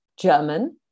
German